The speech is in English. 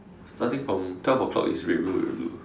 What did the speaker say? starting from twelve o clock I red blue red blue